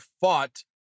fought